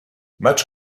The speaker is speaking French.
match